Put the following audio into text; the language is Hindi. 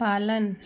पालन